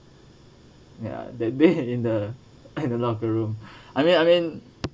ya that day and in the in the locker room I mean I mean